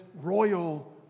royal